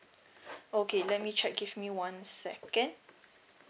okay let me check give me one second